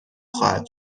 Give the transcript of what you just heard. خواهد